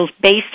based